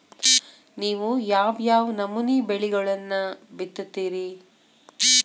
ನೇವು ಯಾವ್ ಯಾವ್ ನಮೂನಿ ಬೆಳಿಗೊಳನ್ನ ಬಿತ್ತತಿರಿ?